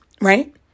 right